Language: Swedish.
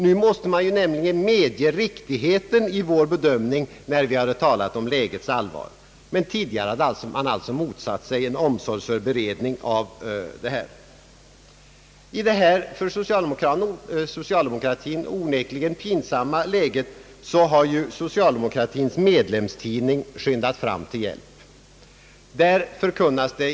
Nu måste man nämligen medge riktigheten i vår bedömning när vi hade talat om lägets allvar, men tidigare hade man som sagt motsatt sig en omsorgsfull beredning av tänkbara åtgärder. I detta för socialdemokratin onekligen pinsamma läge har partiets medlemstidning skyndat till hjälp.